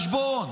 החשבון,